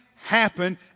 happen